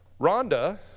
Rhonda